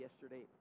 yesterday